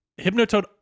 hypnotoad